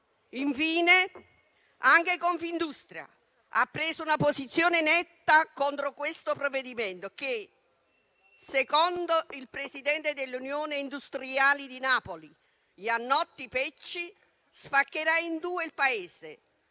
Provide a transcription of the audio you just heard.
Infine, anche Confindustria ha preso una posizione netta contro questo provvedimento, che secondo il presidente dell'Unione industriali di Napoli, Jannotti Pecci, spaccherà in due il Paese,